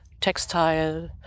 textile